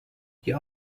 you